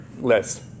list